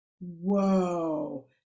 whoa